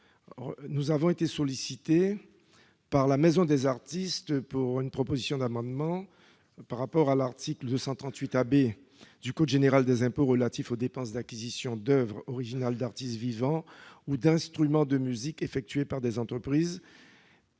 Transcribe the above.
j'ai été sollicité par la Maison des artistes pour déposer un amendement visant à modifier l'article 238 AB du code général des impôts relatif aux dépenses d'acquisition d'oeuvres originales d'artistes vivants ou d'instruments de musique effectuées par des entreprises.